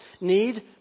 need